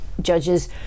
Judges